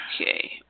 Okay